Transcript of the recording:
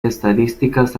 estadísticas